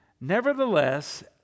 Nevertheless